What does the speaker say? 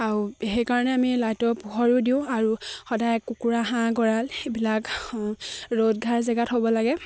আৰু সেইকাৰণে আমি লাইটৰ পোহৰো দিওঁ আৰু সদায় কুকুৰা হাঁহ গঁড়াল এইবিলাক ৰ'দ ঘাই জেগাত হ'ব লাগে